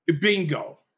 Bingo